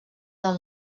del